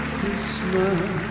Christmas